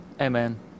Amen